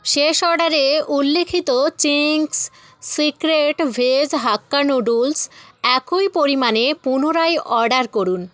শেষ অর্ডারে উল্লিখিত Ching's secret veg hakka noodles একই পরিমাণে পুনরায় অর্ডার করুন